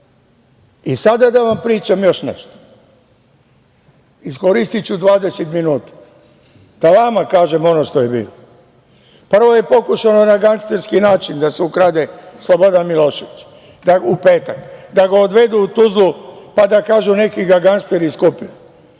I sada da vam pričam još nešto, iskoristiću 20 minuta, da vama kažem ono što je bilo. Prvo je pokušano na gangsterski način da se ukrade Slobodan Milošević u petak, da ga odvedu u Tuzlu, pa da kažu neki ga gangsteri skupili.